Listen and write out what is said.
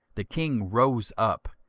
the king rose up,